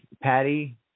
Patty